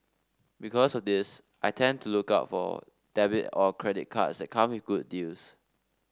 because of this I tend to look out for debit or credit cards that come with good deals